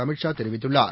அமித் ஷா தெரிவித்துள்ளார்